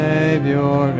Savior